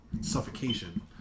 suffocation